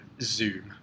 Zoom